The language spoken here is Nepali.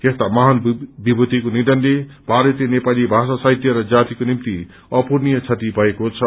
यस्ता महान विमूतिको नियनले भारतीय नेपाली भाषा साहित्य र जातिको निम्ति अपूरणीय क्षति भएको छ